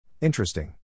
Interesting